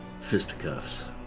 fisticuffs